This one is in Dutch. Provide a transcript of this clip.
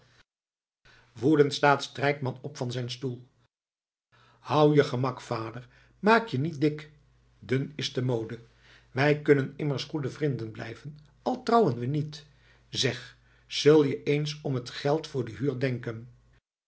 woedend staat strijkman op van zijn stoel hou je gemak vader maak je niet dik dun is de mode wij kunnen immers goede vrinden blijven al trouwen we niet zeg zul je eens om t geld voor de huur denken